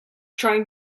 trying